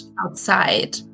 outside